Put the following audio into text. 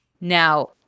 Now